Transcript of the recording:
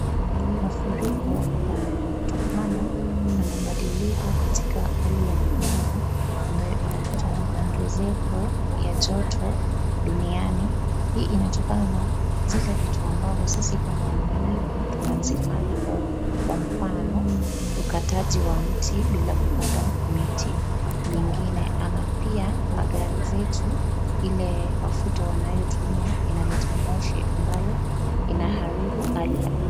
Mafuriko ambayo yanatokana na mabadiliko katika hali ya anga ambayo inaletwa na ongezeko ya joto duniani,.Hii inatokana na zile vitu ambavo sisi kama wanadamu tunazifanya kwa mfano : ukataji wa mti bila kupanda miti mingine ama pia magari zetu ile mafuta wanayotumia inaleta moshi ambayo inaharibu hali ya anga.